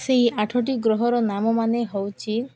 ସେଇ ଆଠଟି ଗ୍ରହର ନାମମାନେ ହେଉଛି